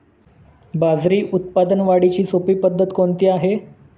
बाजरी उत्पादन वाढीची सोपी पद्धत कोणती आहे?